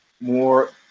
more